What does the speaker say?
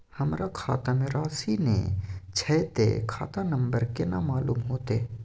हमरा खाता में राशि ने छै ते खाता नंबर केना मालूम होते?